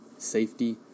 safety